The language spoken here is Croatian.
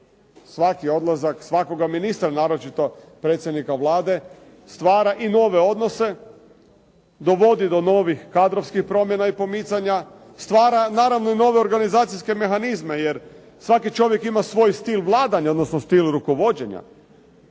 svaki odlazak svakoga ministra a naročito predsjednika Vlade stvara i nove odnose, dovodi do novih kadrovskih promjena i pomicanja, stvara naravno i nove organizacijske mehanizme jer svaki čovjek ima svoj vladanja odnosno stil rukovođenja